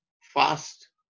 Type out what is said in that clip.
fast